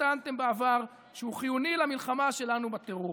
טענתם בעבר שהוא חיוני למלחמה שלנו בטרור.